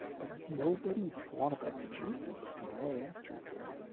but nobody thought about the genome the same way after that.